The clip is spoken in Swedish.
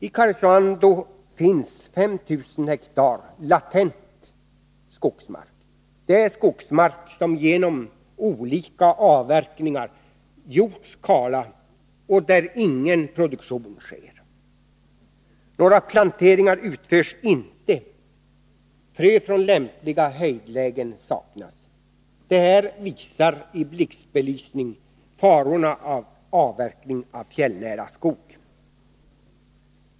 I Karesuando finns 5 000 ha potentiell skogsmark. Det är mark som genom olika avverkningar gjorts kal och där ingen produktion sker. Några planteringar utförs inte. Frö från lämpliga höjdlägen saknas. Detta visar i blixtbelysning farorna med avverkning av fjällnära skog.